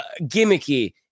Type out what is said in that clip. gimmicky